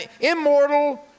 immortal